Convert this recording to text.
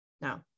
No